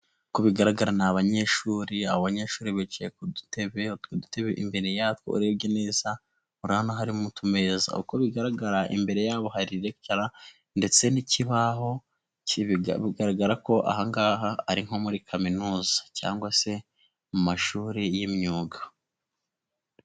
Nkuko bigaragara ni abanyeshuri, abo abanyeshuri bicaye ku dutebe, utwo dutebe imbere yatwo neza urebye urabona harimo utumereza, uko bigaragara imbere yabo hari regicara ndetse n'ikibaho, bigaragara ko ahangaha ari nko muri kaminuza cyangwa se mu mashuri y'imyuga.